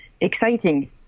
exciting